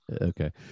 Okay